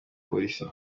polisi